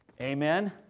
Amen